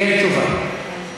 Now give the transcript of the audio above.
יש תשובה.